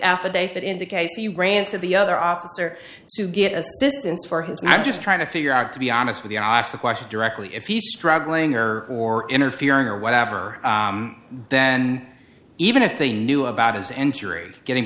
affidavit indicates he ran to the other officer to get assistance for his not just trying to figure out to be honest with you i asked the question directly if he's struggling or or interfering or whatever then and even if they knew about his injury getting